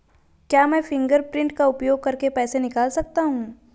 क्या मैं फ़िंगरप्रिंट का उपयोग करके पैसे निकाल सकता हूँ?